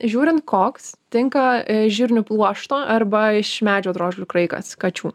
žiūrint koks tinka žirnių pluošto arba iš medžio drožlių kraikas kačių